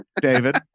David